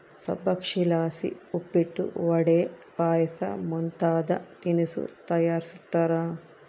ಸಬ್ಬಕ್ಶಿಲಾಸಿ ಉಪ್ಪಿಟ್ಟು, ವಡೆ, ಪಾಯಸ ಮುಂತಾದ ತಿನಿಸು ತಯಾರಿಸ್ತಾರ